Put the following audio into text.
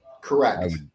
Correct